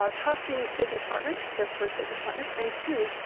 ah trusting business partners, their first business partners, and two,